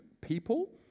people